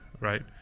right